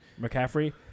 McCaffrey